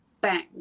bang